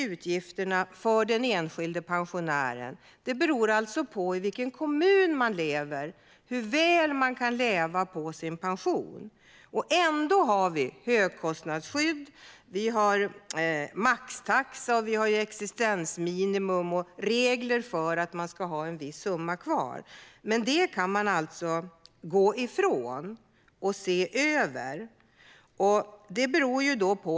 Utgifterna för den enskilde pensionären beror på vilken kommun denne lever i, och det påverkar hur väl pensionären kan leva på sin pension. Ändå finns högkostnadsskydd, maxtaxa, existensminimum och regler för att det ska finnas en viss summa kvar. Det här behöver ses över.